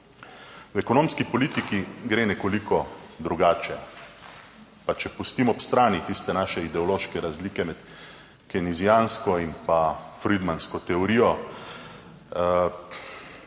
V ekonomski politiki gre nekoliko drugače. Pa če pustim ob strani tiste naše ideološke razlike med kenezijansko in pa friedmansko teorijo.